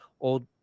old